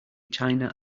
china